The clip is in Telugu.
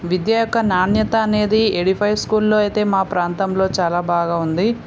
విద్య యొక్క నాణ్యత అనేది ఎడిఫై స్కూల్లో అయితే మా ప్రాంతంలో చాలా బాగా ఉంది